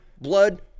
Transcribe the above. Blood